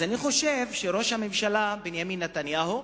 אני חושב שראש הממשלה בנימין נתניהו,